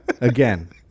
again